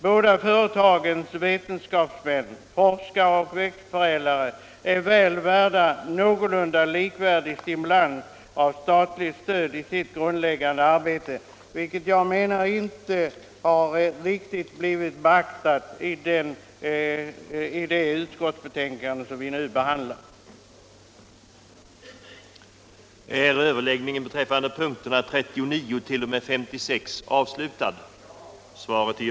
Båda företagens vetenskapsmän, forskare och växtförädlare är väl värda en någorlunda likvärdig stimulans av statligt stöd i sitt grundläggande arbete, vilket jag anser inte har blivit beaktat i det utskottsbetänkande som vi nu behandlar.